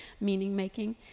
meaning-making